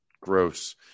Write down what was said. Gross